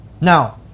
Now